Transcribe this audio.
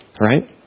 Right